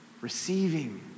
receiving